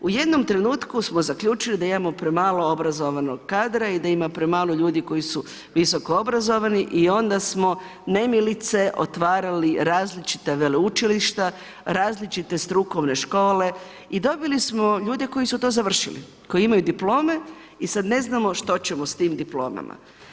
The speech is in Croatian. U jednom trenutku smo zaključili da imamo premalo obrazovanog kadra i da ima premalo ljudi koji su visokoobrazovani i onda smo nemilice otvarali različita veleučilišta, različite strukovne škole i dobili smo ljude koji su to završili, koji imaju diplome i sad ne znamo što ćemo s tim diplomama.